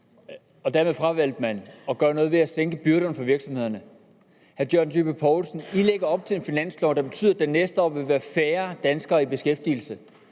Dermed fravalgte man at gøre noget for at mindske byrderne for virksomhederne. Jeg vil sige til hr. John Dyrby Paulsen, at man lægger op til en finanslov, der betyder, at der næste år vil være færre danskere i beskæftigelse.